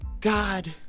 God